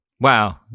Wow